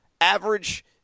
average